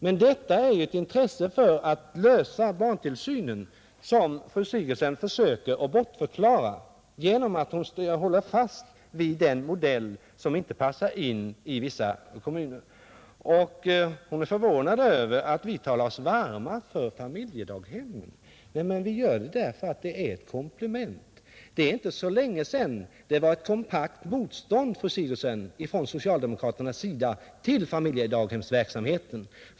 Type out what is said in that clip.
Men här finns det ju ett intresse för att lösa barntillsynsfrågan, och det intresset försöker fru Sigurdsen nu få bort genom att hålla fast vid en modell som inte passar in i vissa kommuner. Fru Sigurdsen var också förvånad över att vi talade oss varma för familjedaghem. Ja, men det gör vi ju därför att familjedaghemmen är ett komplement. Det är inte så länge sen som det fanns ett kompakt motstånd mot familjedaghemsverksamheten från socialdemokraternas sida, fru Sigurdsen.